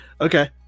Okay